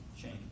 change